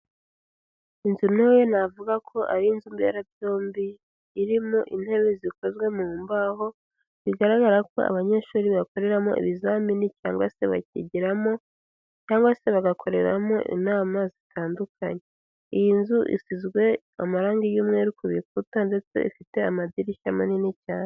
Inzu ntoya navuga ko ari inzu mberabyombi irimo intebe zikozwe mu mbaho, bigaragara ko abanyeshuri bakoreramo ibizamini, cyangwa se bakigiramo, cyangwa se bagakoreramo inama zitandukanye, iyi nzu isizwe amarangi y'umweru ku bikuta ndetse ifite amadirishya manini cyane.